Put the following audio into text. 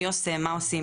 מי עושה, מה עושים?